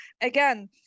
again